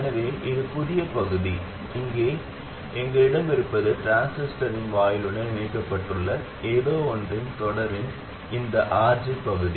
எனவே இது புதிய பகுதி இங்கே எங்களிடம் இருப்பது டிரான்சிஸ்டரின் வாயிலுடன் இணைக்கப்பட்டுள்ள ஏதோவொன்றின் தொடரின் இந்த RG பகுதி